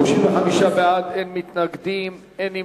35 בעד, אין מתנגדים, אין נמנעים.